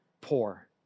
poor